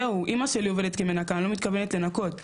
זהו, אמא שלי עובדת כמנקה, אני לא מתכוונת לנקות.